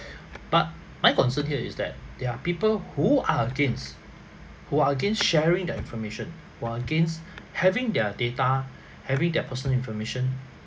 but my concern here is that there are people who are against who are against sharing the information who are against having their data having their personal information